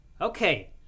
Okay